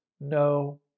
no